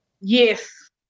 Yes